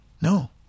No